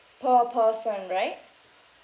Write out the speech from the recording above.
per person right